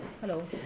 Hello